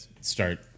start